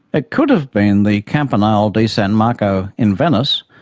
it could have been the campanile di san marco in venice,